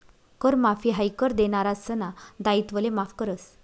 कर माफी हायी कर देनारासना दायित्वले माफ करस